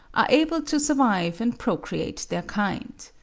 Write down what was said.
are able to survive and procreate their kind.